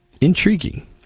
Intriguing